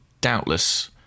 doubtless